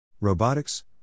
Robotics